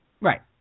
Right